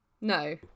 No